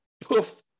poof